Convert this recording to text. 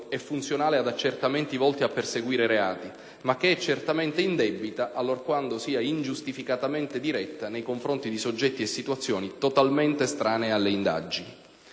è funzionale ad accertamenti volti a perseguire reati ma che è certamente indebita allorquando sia ingiustificatamente diretta nei confronti di soggetti e situazioni totalmente estranei alle indagini.